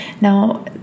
now